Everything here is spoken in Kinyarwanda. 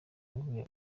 avuye